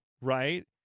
right